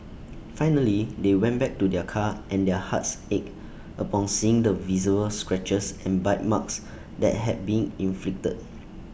finally they went back to their car and their hearts ached upon seeing the visible scratches and bite marks that had been inflicted